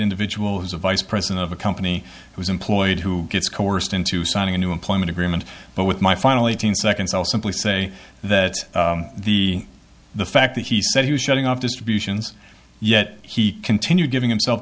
individual is a vice president of a company who is employed who gets coerced into signing a new employment agreement but with my final eighteen seconds all simply say that the the fact that he said he was shutting off distributions yet he continued giving himself